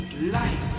life